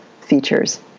features